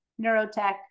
neurotech